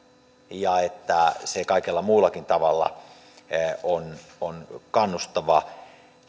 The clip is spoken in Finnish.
ja että se kaikella muullakin tavalla on on kannustava